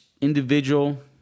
individual